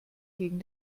gegen